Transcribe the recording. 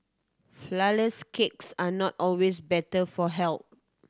flourless cakes are not always better for health